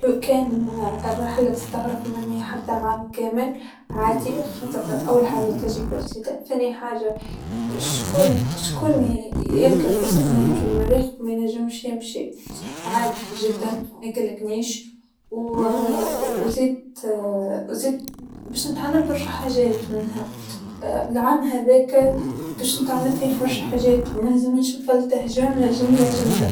لا ما كنت راح أطلع عالمريخ ما أبي أطلع من المريخ لما هو، عاجبني كوكب الارض، هون وسط أهلي وأصحابي وقرايبي، شغلي، كل شي هون، إشي رح، إيش بيكون موجود علي المريخ زيادة مو موجود هون، يا اخي حتى روح المغامرة على كوكب الأرض، لما هو نطلع برا كوكب الأرض، خلينا جالسين محلنا.